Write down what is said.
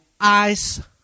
eyes